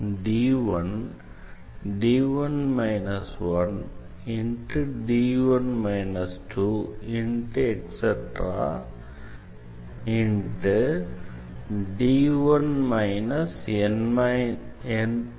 vlcsnap 2019 04 15 10h39m27s301